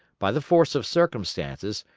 by the force of circumstances,